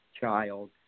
child